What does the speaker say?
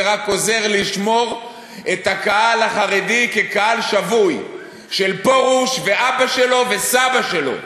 זה רק עוזר לשמור את הקהל החרדי כקהל שבוי של פרוש ואבא שלו וסבא שלו.